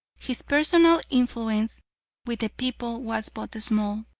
his personal influence with the people was but small,